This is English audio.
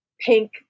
pink